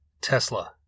Tesla